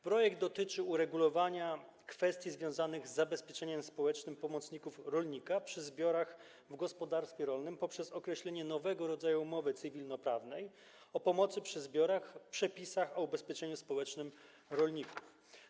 Projekt dotyczy uregulowania kwestii związanych z zabezpieczeniem społecznym pomocników rolnika przy zbiorach w gospodarstwie rolnym poprzez określenie nowego rodzaju umowy cywilnoprawnej o pomocy przy zbiorach w przepisach o ubezpieczeniu społecznym rolników.